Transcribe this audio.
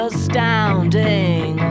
astounding